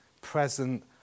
present